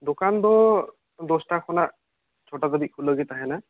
ᱫᱚᱠᱟᱱ ᱫᱚ ᱫᱚᱥᱴᱟ ᱠᱷᱚᱱᱟᱜ ᱪᱷᱚᱴᱟ ᱫᱷᱟᱹᱵᱤᱡ ᱠᱷᱩᱞᱟᱹᱣ ᱜᱮ ᱛᱟᱦᱮᱱᱟ